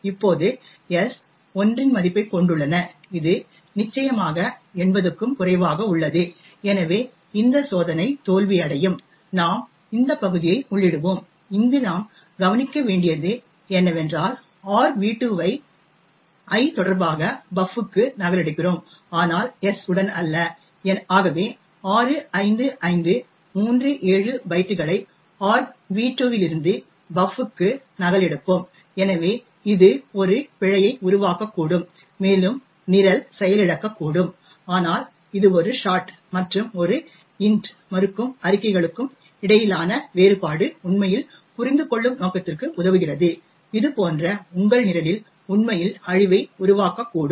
இப்போது s 1 இன் மதிப்பைக் கொண்டுள்ளன இது நிச்சயமாக 80 க்கும் குறைவாக உள்ளது எனவே இந்த சோதனை தோல்வியடையும் நாம் இந்த பகுதியை உள்ளிடுவோம் இங்கு நாம் கவனிக்க வேண்டியது என்னவென்றால் argv2 ஐ i தொடர்பாக buf க்கு நகலெடுக்கிறோம் ஆனால் s உடன் அல்ல ஆகவே 65537 பைட்டுகளை argv2 இலிருந்து buf க்கு நகலெடுப்போம் எனவே இது ஒரு பிழையை உருவாக்கக்கூடும் மேலும் நிரல் செயலிழக்கக்கூடும் ஆனால் இது ஒரு ஷார்ட் மற்றும் ஒரு இன்ட் மறுக்கும் அறிக்கைகளுக்கும் இடையிலான வேறுபாடு உண்மையில் புரிந்துகொள்ளும் நோக்கத்திற்கு உதவுகிறது இது போன்ற உங்கள் நிரலில் உண்மையில் அழிவை உருவாக்கக்கூடும்